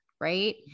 right